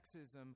sexism